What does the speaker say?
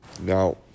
Now